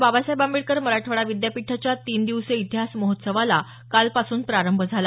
बाबासाहेब आंबेडकर मराठवाडा विद्यापीठाच्या तीन दिवसीय इतिहास महोत्सवाला कालपासून प्रारंभ झाला